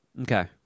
Okay